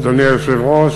אדוני היושב-ראש,